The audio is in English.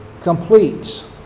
completes